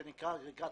שזה אגרגט,